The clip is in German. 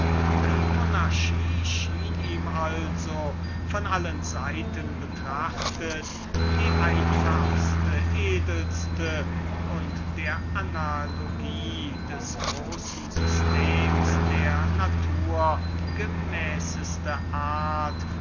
die monarchie schien ihm also von allen seiten betrachtet die einfacheste edelste und der analogie des großen systems der natur gemäßeste art